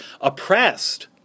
oppressed